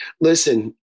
Listen